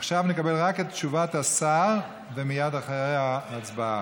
עכשיו נקבל רק את תשובת השר ומייד אחריה הצבעה.